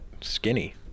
skinny